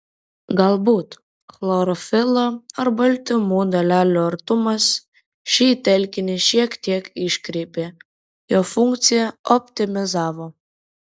galbūt chlorofilo ar baltymų dalelių artumas šį telkinį šiek tiek iškreipė jo funkciją optimizavo